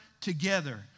together